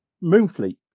Moonfleet